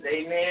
amen